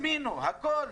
הכול.